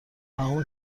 تمام